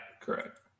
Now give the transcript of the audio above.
correct